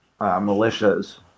militias